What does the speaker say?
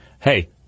Hey